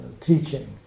teaching